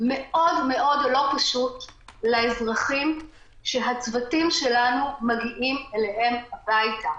מאוד מאוד לא פשוט לאזרחים שהצוותים שלנו מגיעים אליהם הביתה.